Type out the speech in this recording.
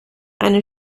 eine